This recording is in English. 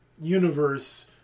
universe